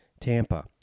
Tampa